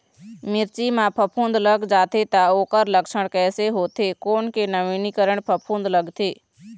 मिर्ची मा फफूंद लग जाथे ता ओकर लक्षण कैसे होथे, कोन के नवीनीकरण फफूंद लगथे?